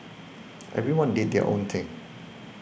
everyone did their own thing